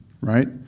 right